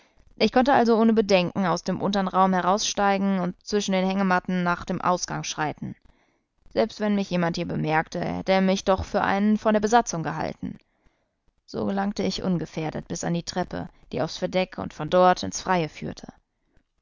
ich konnte also ohne bedenken aus dem untern raum heraussteigen und zwischen den hängematten nach dem ausgang schreiten selbst wenn mich jemand hier bemerkte hätte er mich doch für einen von der besatzung gehalten so gelangte ich ungefährdet bis an die treppe die aufs verdeck und von dort ins freie führte